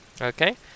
okay